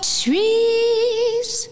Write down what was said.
trees